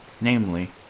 namely